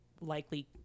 likely